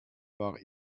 war